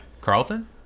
Carlton